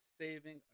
saving